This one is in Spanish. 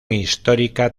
histórica